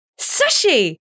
Sushi